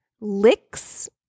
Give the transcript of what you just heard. licks